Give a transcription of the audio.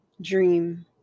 dream